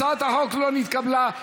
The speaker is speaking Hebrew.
הצעת החוק לא נתקבלה.